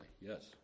yes